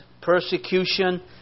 persecution